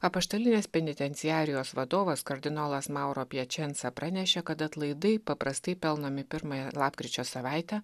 apaštalinės penitenciarijos vadovas kardinolas mauro pjačenca pranešė kad atlaidai paprastai pelnomi pirmąją lapkričio savaitę